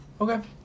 Okay